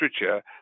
literature